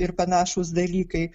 ir panašūs dalykai